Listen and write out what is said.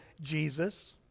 Jesus